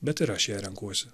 bet ir aš ją renkuosi